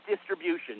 distribution